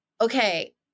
okay